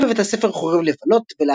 למדה בבית הספר חורב לבנות,